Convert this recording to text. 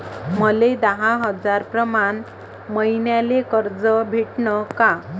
मले दहा हजार प्रमाण मईन्याले कर्ज भेटन का?